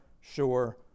sure